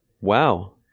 Wow